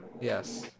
Yes